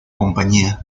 compañía